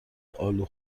آلو